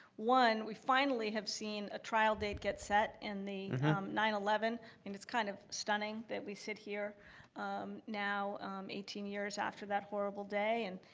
one, we finally have seen a trial date get set in the nine eleven, and it's kind of stunning that we sit here um how eighteen years after that horrible day, and